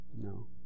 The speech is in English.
No